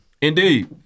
Indeed